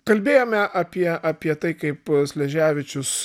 kalbėjome apie apie tai kaip sleževičius